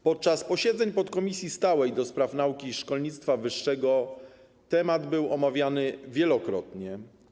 Podczas posiedzeń podkomisji stałej do spraw nauki i szkolnictwa wyższego ten temat był omawiany wielokrotnie.